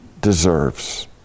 deserves